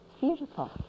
Beautiful